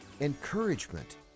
encouragement